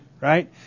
Right